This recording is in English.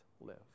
live